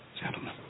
gentlemen